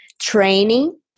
training